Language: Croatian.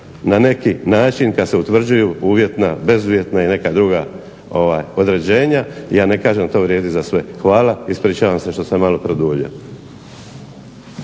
na neki način kada se utvrđuju uvjetna, bezuvjetna i neka druga određenja. Ja ne kažem da to vrijedi za sve. Hvala. Ispričavam se što sam malo produljio.